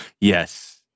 Yes